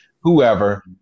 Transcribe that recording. whoever